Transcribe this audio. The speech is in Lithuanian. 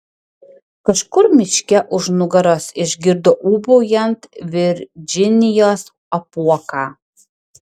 kažkur miške už nugaros išgirdo ūbaujant virdžinijos apuoką